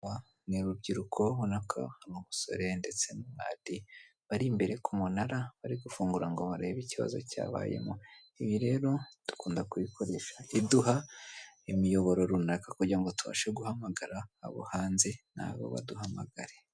Ni urubyiruko ubona ko umusore ndetse n'abandi bari imbere ku munara bari gufungura ngo barebe ikibazo cyabayemo ibi rero dukunda kubikoresha iduha imiyoboro runaka kugira ngo tubashe guhamagara abo hanze na bo baduhamagare.